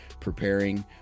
preparing